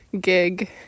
gig